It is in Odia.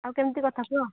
ଆଉ କେମିତି କଥା କୁହ